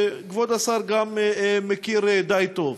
שכבוד השר גם מכיר די טוב.